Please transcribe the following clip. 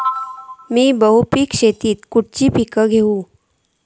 मी बहुपिक शेतीत खयली पीका घेव?